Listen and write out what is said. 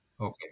Okay